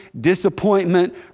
disappointment